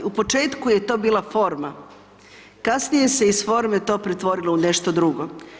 U početku je to bila forma, kasnije se iz forme to pretvorilo u nešto drugo.